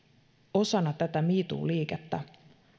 osana me too liikettä